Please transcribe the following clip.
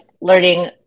learning